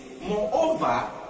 moreover